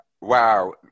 Wow